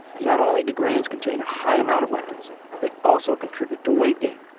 not only do grains contain a high amount of lectins they also contribute to wait gain.